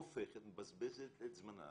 הופכת, מבזבזת את זמנה